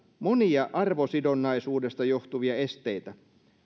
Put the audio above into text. monia arvosidonnaisuudesta johtuvia esteitä